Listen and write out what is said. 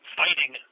fighting